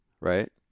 right